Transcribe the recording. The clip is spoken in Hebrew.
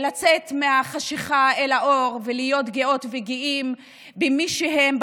לצאת מהחשכה אל האור ולהיות גאות וגאים במי שהם,